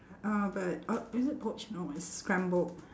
uh but uh is it poached no it's scrambled